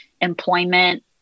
employment